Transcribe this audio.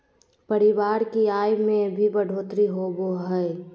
परिवार की आय में भी बढ़ोतरी होबो हइ